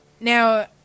Now